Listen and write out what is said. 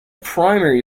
primary